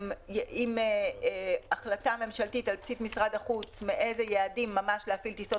אם החלטה ממשלתית על בסיס משרד החוץ מאיזה יעדים ממש להפעיל טיסות